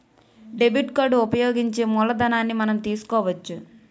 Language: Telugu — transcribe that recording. డెబిట్ కార్డు ఉపయోగించి మూలధనాన్ని మనం తీసుకోవచ్చు